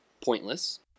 pointless